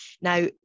Now